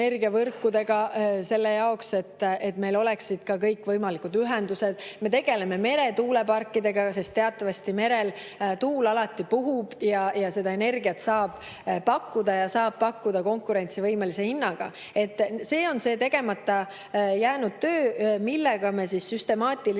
et meil oleksid olemas kõikvõimalikud ühendused. Me tegeleme meretuuleparkidega, sest teatavasti merel tuul alati puhub, seda energiat saab pakkuda ja seda saab pakkuda konkurentsivõimelise hinnaga. See on see tegemata jäänud töö, millega meie nüüd süstemaatiliselt